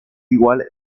igual